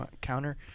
counter